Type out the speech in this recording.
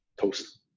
toast